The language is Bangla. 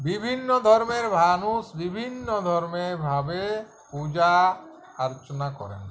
বিভিন্ন ধর্মের মানুষ বিভিন্ন ধর্মে ভাবে পূজা আর্চনা করেন